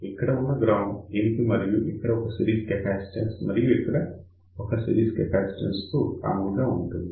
ఇక్కడ ఉన్న గ్రౌండ్ దీనికి మరియు ఇక్కడ ఒక సిరీస్ కెపాసిటన్స్ మరియు ఇక్కడ ఒక సిరీస్ కెపాసిటన్స్ కు కామన్ గా ఉంటుంది